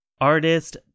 artist